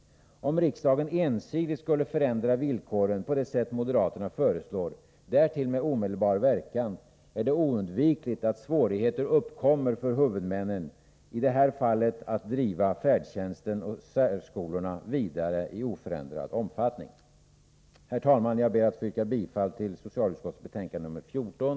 Om riksdagen ensidigt skulle förändra villkoren på det sätt moderaterna föreslår, därtill med omedelbar verkan, är det oundvikligt att svårigheter uppkommer för huvudmännen, i det här fallet att driva färdtjänsten och särskolorna vidare i oförändrad omfattning. Herr talman! Jag ber att få yrka bifall till hemställan i socialutskottets betänkande nr 14.